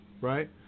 right